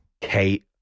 Kate